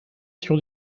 sur